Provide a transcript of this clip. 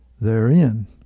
therein